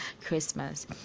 christmas